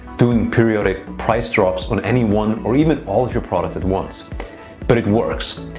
doing periodic price drops on any one or even all of your products at once. but it works.